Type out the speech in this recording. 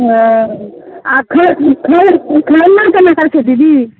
हँ आ खर खर खरना केना करथिन दीदी